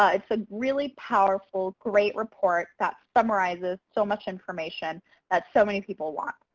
ah it's a really powerful great report that summarizes so much information that so many people want.